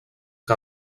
que